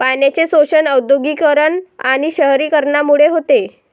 पाण्याचे शोषण औद्योगिकीकरण आणि शहरीकरणामुळे होते